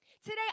Today